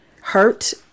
hurt